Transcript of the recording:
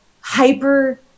hyper